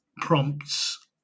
prompts